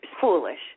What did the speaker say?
foolish